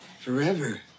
Forever